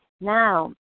Now